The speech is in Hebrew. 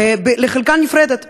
לחלקה נפרדת,